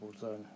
zone